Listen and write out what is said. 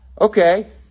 Okay